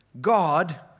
God